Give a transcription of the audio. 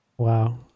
Wow